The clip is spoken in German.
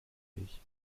ich